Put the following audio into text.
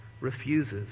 refuses